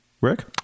Rick